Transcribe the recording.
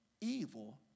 evil